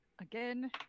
Again